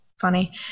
funny